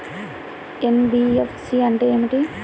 NBFC అంటే ఏమిటి?